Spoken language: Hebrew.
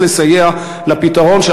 ואני מקווה בעיקר שנתגייס לסייע לפתרון,